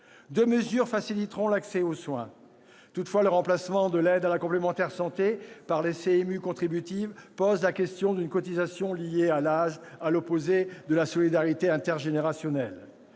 Deux mesures faciliteront l'accès au soin. Toutefois, le remplacement de l'aide à la complémentaire santé par la CMU contributive pose la question d'une cotisation liée à l'âge, à l'opposé de la solidarité intergénérationnelle.